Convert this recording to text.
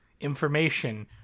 information